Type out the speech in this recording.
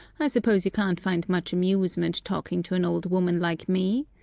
i suppose you can't find much amusement talking to an old woman like me.